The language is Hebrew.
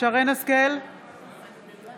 שרן מרים השכל,